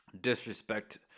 disrespect